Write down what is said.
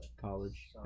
college